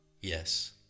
Yes